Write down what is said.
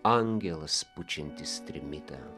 angelas pučiantis trimitą